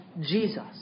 Jesus